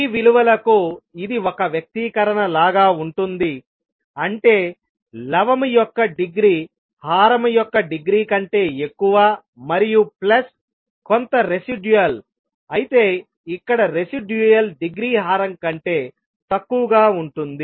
ఈ విలువలకు ఇది ఒక వ్యక్తీకరణ లాగా ఉంటుంది అంటే లవము యొక్క డిగ్రీ హారం యొక్క డిగ్రీ కంటే ఎక్కువ మరియు ప్లస్ కొంత రెసిడ్యూయల్అయితే ఇక్కడ రెసిడ్యూయల్ డిగ్రీ హారం కంటే తక్కువగా ఉంటుంది